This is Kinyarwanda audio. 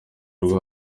rwo